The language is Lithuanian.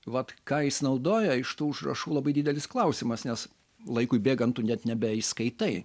vat ką jis naudoja iš tų užrašų labai didelis klausimas nes laikui bėgant tu net nebe įskaitai